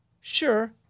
sure